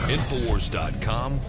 Infowars.com